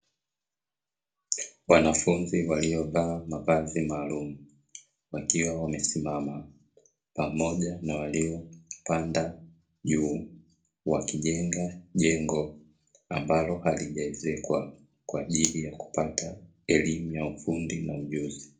Wanafunzi waliovaa mavazi maalumu wakiwa wamesimama pamoja na waliopanda juu, wakijenga jengo ambalo halijaezekwa kwa ajili ya kupata elimu ya ufundi na ujuzi.